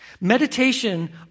Meditation